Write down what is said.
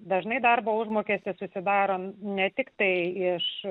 dažnai darbo užmokestis susidaro ne tiktai iš